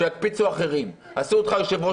שיקפיצו אחרים לדיונים